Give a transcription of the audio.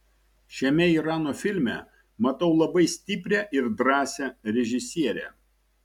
šiame irano filme matau labai stiprią ir drąsią režisierę